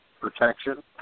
protection